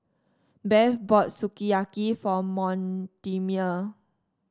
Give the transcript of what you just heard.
Bev bought Sukiyaki for Mortimer